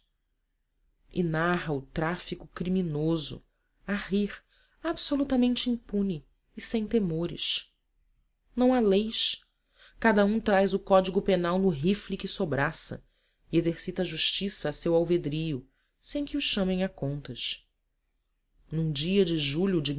e narra o tráfico criminoso a rir absolutamente impune e sem temores não há leis cada um traz o código penal no rifle que sobraça e exercita a justiça a seu alvedrio sem que o chamem a contas num dia de julho de